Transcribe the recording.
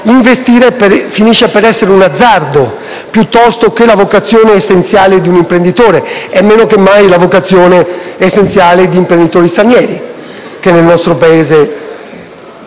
investire finisce per essere un azzardo piuttosto che la vocazione essenziale di un imprenditore e, meno che mai, la vocazione essenziale di imprenditori stranieri, che nel nostro Paese